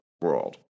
world